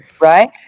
right